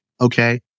okay